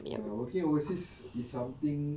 ya working overseas is something